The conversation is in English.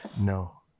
No